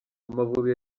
amavubi